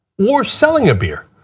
or selling a beer.